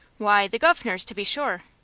why, the guv'nor's, to be sure.